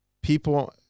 people